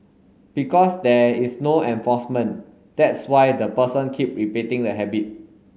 because there is no enforcement that's why the person keep repeating the habit